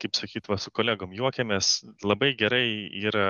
kaip sakyt va su kolegom juokiamės labai gerai yra